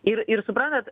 ir ir suprantat